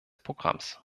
programms